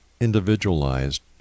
individualized